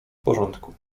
porządku